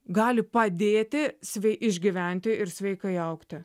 gali padėti svei išgyventi ir sveikai augti